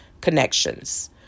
connections